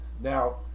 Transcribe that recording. Now